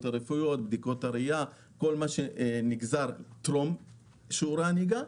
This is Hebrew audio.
רפואיות ובדיקות ראייה כל מה שנדרש טרום שיעורי הנהיגה,